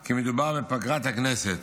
כי מדובר בפגרת הכנסת